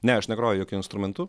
ne aš negroju jokiu instrumentu